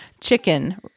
chicken